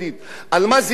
על מה זה יכול להצביע?